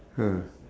hmm